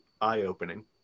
eye-opening